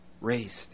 raised